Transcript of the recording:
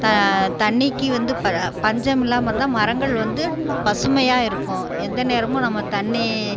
த தண்ணிக்கு வந்து பஞ்சமில்லாமல் இருந்தால் மரங்கள் வந்து பசுமையாக இருக்கும் எந்த நேரமும் நம்ம தண்ணி